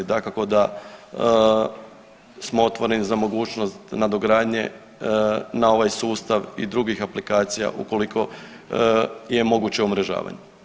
Dakako da smo otvoreni za mogućnost nadogradnje na ovaj sustav i drugih aplikacija ukoliko je moguće umrežavanje.